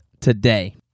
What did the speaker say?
today